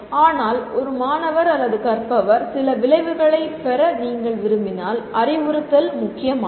ஆனால் ஒரு மாணவர் அல்லது கற்பவர் சில விளைவுகளைப் பெற நீங்கள் விரும்பினால் அறிவுறுத்தல் முக்கியமானது